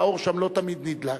והאור שם לא תמיד נדלק.